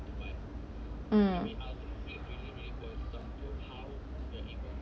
um